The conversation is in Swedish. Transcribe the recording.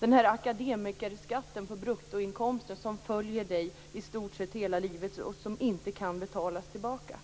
Den här akademikerskatten på bruttoinkomster följer dig i stor sett hela livet, och den kan inte betalas tillbaka.